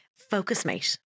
Focusmate